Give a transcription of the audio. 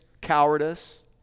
cowardice